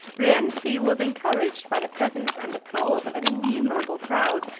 rienzi was encouraged by the presence and applause of an innumerable crowd,